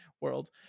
world